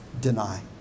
deny